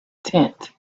tent